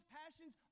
passions